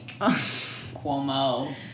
Cuomo